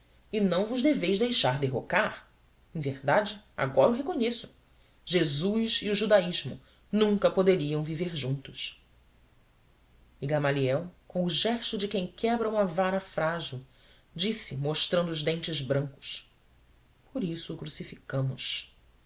e não vos deveis deixar derrocar em verdade agora o reconheço jesus e o judaísmo nunca poderiam viver juntos e gamaliel com o gesto de quem quebra uma vara frágil disse mostrando os dentes brancos por isso o crucificamos